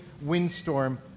windstorm